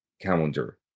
calendar